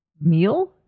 meal